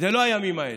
לא הימים האלה.